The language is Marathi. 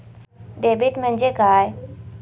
डेबिट म्हणजे काय?